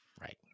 Right